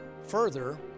Further